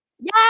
Yes